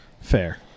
fair